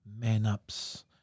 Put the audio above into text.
man-ups